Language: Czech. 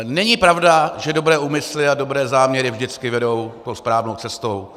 Není pravda, že dobré úmysly a dobré záměry vždycky vedou tou správnou cestou.